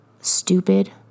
stupid